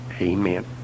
Amen